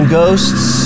ghosts